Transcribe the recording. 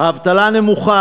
האבטלה נמוכה,